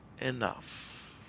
enough